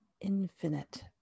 infinite